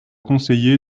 conseillé